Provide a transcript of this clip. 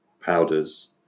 powders